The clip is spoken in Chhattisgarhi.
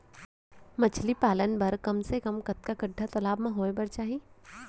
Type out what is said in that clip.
मछली पालन बर कम से कम कतका गड्डा तालाब म होये बर चाही?